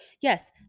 Yes